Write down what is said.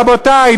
רבותי,